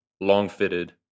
long-fitted